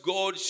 God